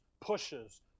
pushes